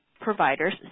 providers